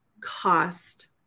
cost